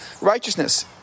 righteousness